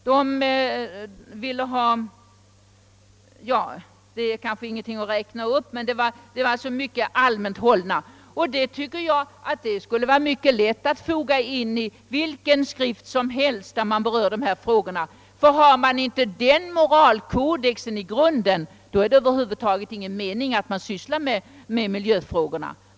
De var mycket allmänt hållna och det är kanske ingen mening med att räkna upp dem. Det skulle vara mycket lätt att foga in dem i vilken skrift som helst, ty ligger inte denna moralkodex till grund är det över huvud taget ingen mening att syssla med miljöfrågor.